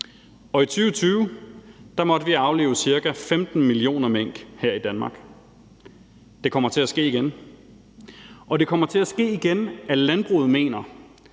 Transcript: i Danmark aflive ca. 15 millioner mink. Det kommer til at ske igen, og det kommer til at ske igen, at landbruget mener,